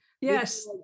Yes